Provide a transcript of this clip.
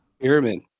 pyramid